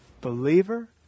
believer